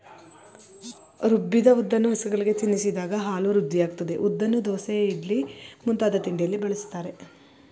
ರುಬ್ಬಿದ ಉದ್ದನ್ನು ಹಸುಗಳಿಗೆ ತಿನ್ನಿಸಿದಾಗ ಹಾಲು ವೃದ್ಧಿಯಾಗ್ತದೆ ಉದ್ದನ್ನು ದೋಸೆ ಇಡ್ಲಿ ಮುಂತಾದ ತಿಂಡಿಯಲ್ಲಿ ಬಳಸ್ತಾರೆ